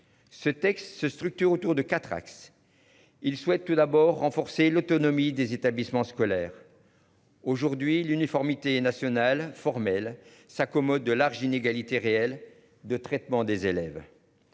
Ce texte se structure autour de 4 axes. Il souhaite tout d'abord renforcer l'autonomie des établissements scolaires. Aujourd'hui l'uniformité nationale formelle sa commode de larges inégalités réelles de traitement des élèves.